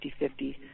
5050